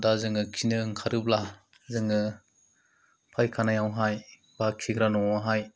दा जों खिनो ओंखारोब्ला जोङो फायखानायावहाय बा खिग्रा न'वावहाय